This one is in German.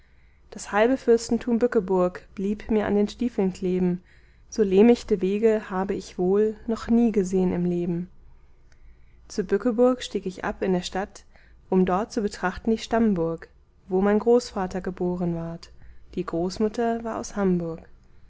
das halbe fürstentum bückeburg blieb mir an den stiefeln kleben so lehmichte wege habe ich wohl noch nie gesehen im leben zu bückeburg stieg ich ab in der stadt um dort zu betrachten die stammburg wo mein großvater geboren ward die großmutter war aus hamburg